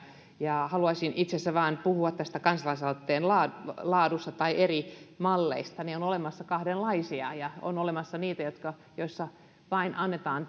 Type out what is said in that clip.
ja haluaisin itse asiassa puhua vain tästä kansalaisaloitteen laadusta tai eri malleista on olemassa kahdenlaisia on olemassa niitä joissa vain annetaan